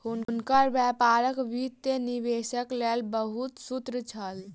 हुनकर व्यापारक वित्तीय निवेशक लेल बहुत सूत्र छल